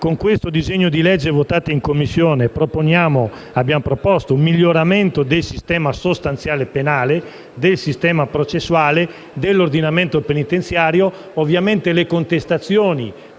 Con questo disegno di legge votato in Commissione abbiamo proposto un miglioramento del sistema sostanziale penale, del sistema processuale e dell'ordinamento penitenziario.